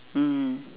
mm